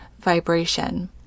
vibration